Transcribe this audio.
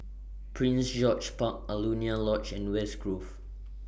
Prince George's Park Alaunia Lodge and West Grove